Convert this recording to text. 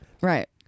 Right